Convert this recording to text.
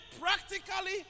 practically